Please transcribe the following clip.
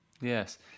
Yes